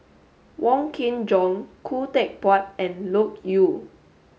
Wong Kin Jong Khoo Teck Puat and Loke Yew